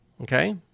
okay